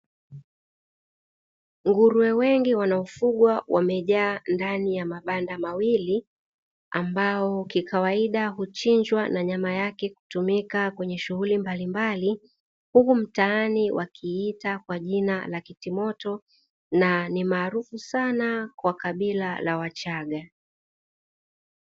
Nguruwe wengi wanaofugwa wamejaa ndani ya mabanda mawili. Ambao kikawaida huchinjwa na nyama yake kutumika kwenye shughuli mbalimbali huku mtaani wakiita kwa jina la kitimoto na ni maarufu sana kwa kabila la wachaga.